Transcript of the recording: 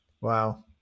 Wow